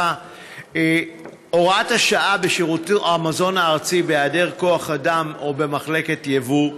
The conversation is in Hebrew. ברשותך: הוראת השעה בשירותי המזון הארצי בהיעדר כוח אדם או במחלקת יבוא,